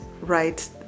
right